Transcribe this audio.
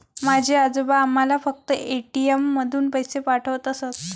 माझे आजोबा आम्हाला फक्त ए.टी.एम मधून पैसे पाठवत असत